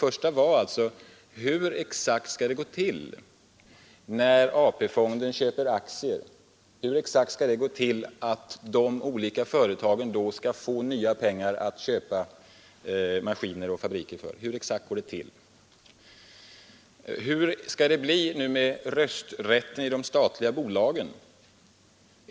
Först frågade jag: Hur skall det exakt gå till för att de olika företagen genom AP-aktier skall få nya pengar att köpa maskiner och fabriker för? Hur skall det bli nu med rösträtten i de statliga bolagen?